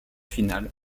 finale